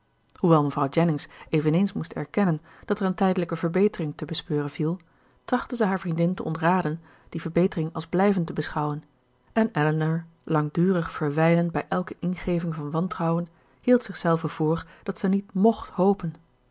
hoewel mevrouw jennings eveneens moest erkennen dat er een tijdelijke verbetering te bespeuren viel trachtte zij haar vriendin te ontraden die verbetering als blijvend te beschouwen en elinor langdurig verwijlend bij elke ingeving van wantrouwen hield zich zelve voor dat zij niet mcht hopen